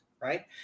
right